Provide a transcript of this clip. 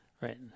Right